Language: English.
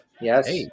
Yes